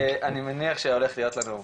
אני מניח שהולך להיות לנו מעניין,